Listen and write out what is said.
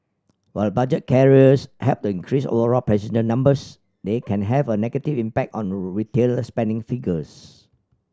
while budget carriers help to increase overall passenger numbers they can have a negative impact on retail spending figures